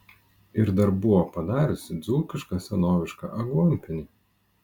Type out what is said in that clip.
ir dar buvo padarius dzūkišką senovišką aguonpienį